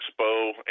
expo